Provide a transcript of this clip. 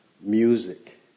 music